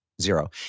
zero